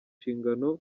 nshingano